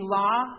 law